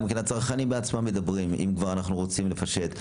הצרכנים בעצמם מדברים אם כבר אנחנו רוצים לפשט,